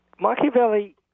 Machiavelli